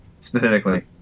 specifically